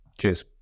Cheers